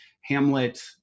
hamlet